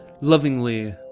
lovingly